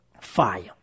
fire